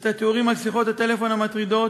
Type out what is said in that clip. את התיאורים על שיחות הטלפון המטרידות